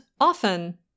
often